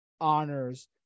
honors